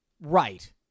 Right